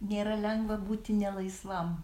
nėra lengva būti nelaisvam